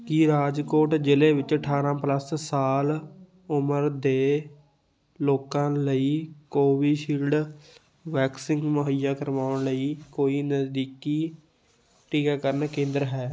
ਕੀ ਰਾਜਕੋਟ ਜ਼ਿਲ੍ਹੇ ਵਿੱਚ ਅਠਾਰ੍ਹਾਂ ਪਲੱਸ ਸਾਲ ਉਮਰ ਦੇ ਲੋਕਾਂ ਲਈ ਕੋਵਿਸ਼ਿਲਡ ਵੈਕਸੀਨ ਮੁਹੱਈਆ ਕਰਵਾਉਣ ਲਈ ਕੋਈ ਨਜ਼ਦੀਕੀ ਟੀਕਾਕਰਨ ਕੇਂਦਰ ਹੈ